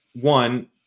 One